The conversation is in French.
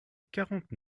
quarante